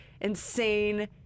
insane